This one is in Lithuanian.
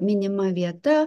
minima vieta